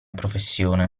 professione